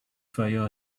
fire